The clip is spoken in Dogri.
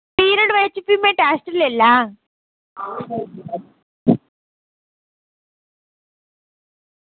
पीरियड बिच में भी टेस्ट लेई लैङ